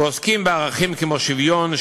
ועוסקים בערכים כמו שוויון,